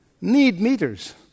Need-meters